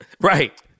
Right